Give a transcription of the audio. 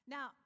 Now